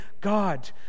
God